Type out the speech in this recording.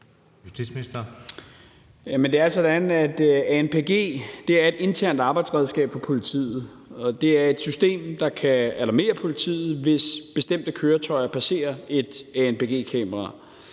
Jamen det er sådan, at anpg er et internt arbejdsredskab for politiet. Det er et system, der kan alarmere politiet, hvis bestemte køretøjer passerer et anpg-kamera.